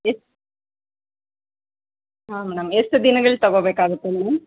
ಎಷ್ಟ್ ಹಾಂ ಮೇಡಮ್ ಎಷ್ಟು ದಿನಗಳು ತಗೋಬೇಕಾಗುತ್ತೆ ಮೇಡಮ್